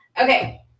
Okay